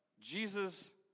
Jesus